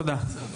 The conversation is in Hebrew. תודה.